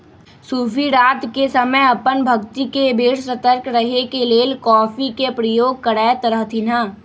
सूफी रात के समय अप्पन भक्ति के बेर सतर्क रहे के लेल कॉफ़ी के प्रयोग करैत रहथिन्ह